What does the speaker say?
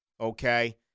Okay